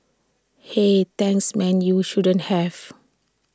hey thanks man you shouldn't have